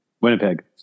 Winnipeg